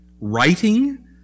writing